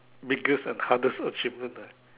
biggest and hardest achievement ah